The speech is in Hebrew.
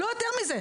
לא יותר מזה,